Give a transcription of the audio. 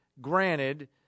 granted